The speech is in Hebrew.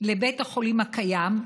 לבית החולים הקיים,